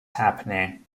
happening